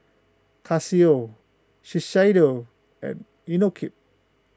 Casio Shiseido and Inokim